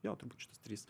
jo turbūt šitas trys